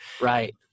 Right